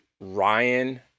Ryan